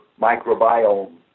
microbiome